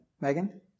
Megan